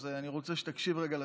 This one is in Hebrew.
אז אני רוצה שתקשיב רגע לסיפור.